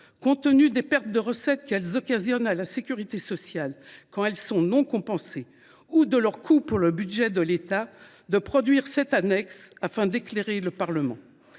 compte tenu des pertes de recettes que ces niches représentent pour la sécurité sociale quand elles ne sont pas compensées ou de leur coût pour le budget de l’État, de produire cette annexe, afin d’éclairer le Parlement.